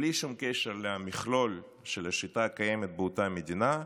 בלי שום קשר למכלול של השיטה הקיימת באותה מדינה,